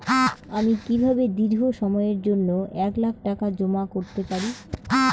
আমি কিভাবে দীর্ঘ সময়ের জন্য এক লাখ টাকা জমা করতে পারি?